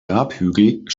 grabhügel